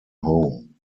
home